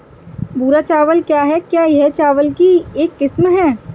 भूरा चावल क्या है? क्या यह चावल की एक किस्म है?